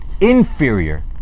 inferior